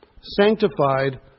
sanctified